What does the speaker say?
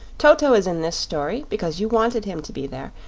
toto is in this story, because you wanted him to be there,